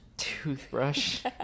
Toothbrush